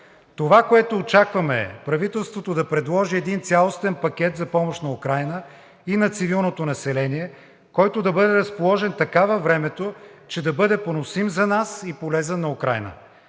Това, което очакваме, е правителството да предложи един цялостен пакет за помощ на Украйна и на цивилното население, който да бъде разположен така във времето, че да бъде поносим за нас и полезен на Украйна.